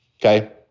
okay